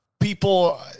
people